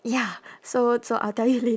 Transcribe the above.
ya so so I'll tell you lat~